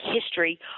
history